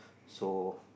so